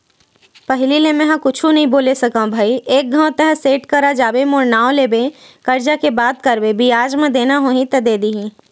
पहिली ले मेंहा कुछु नइ बोले सकव भई एक घांव तेंहा सेठ करा जाबे मोर नांव लेबे करजा के बात करबे बियाज म देना होही त दे दिही